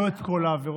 לא את כל העבירות.